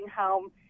home